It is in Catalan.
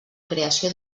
creació